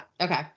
okay